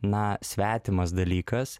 na svetimas dalykas